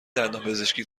دندانپزشکی